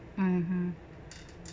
mmhmm